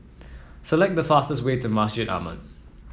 select the fastest way to Masjid Ahmad